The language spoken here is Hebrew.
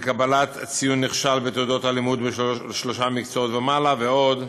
לקבלת ציון נכשל בתעודות הלימוד בשלושה מקצועות ומעלה ועוד.